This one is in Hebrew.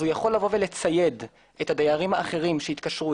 אז הוא יכול לצייד את הדיירים האחרים שיתקשרו